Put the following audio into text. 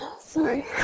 Sorry